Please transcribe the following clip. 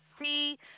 see